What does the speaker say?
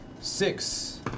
Six